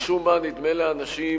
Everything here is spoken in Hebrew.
משום מה נדמה לאנשים